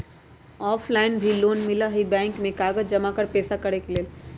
Offline भी loan मिलहई bank में कागज जमाकर पेशा करेके लेल?